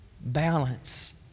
balance